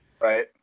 Right